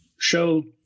Show